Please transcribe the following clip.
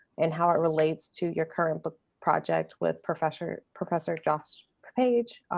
and how it relates to your current book project with professor professor josh page,